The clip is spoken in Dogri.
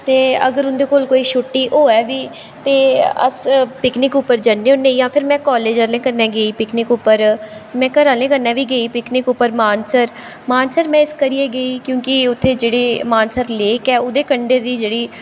ते अगर उं'दे कोल कोई छुट्टी होऐ बी ते अस पिकनिक उप्पर जन्ने होन्ने आं जां फिर में कालेज़ आह्लें कन्नै गेई पिकनिक उप्पर में घरै आह्लें कन्नै बी गेई पिकनिक उप्पर मानसर मानसर में इस करियै गेई क्योंकि उत्थें जेह्ड़ी मानसर लेक ऐ ओह्दे कंडे दी जेह्ड़ी